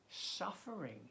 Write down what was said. Suffering